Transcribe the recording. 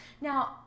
Now